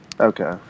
Okay